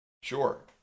Sure